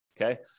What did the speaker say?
okay